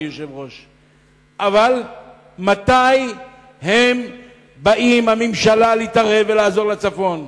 אבל מתי באה הממשלה ומתערבת על מנת לעזור לצפון,